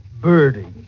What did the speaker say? Birdie